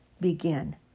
begin